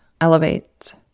Elevate